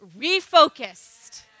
refocused